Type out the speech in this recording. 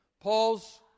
Paul's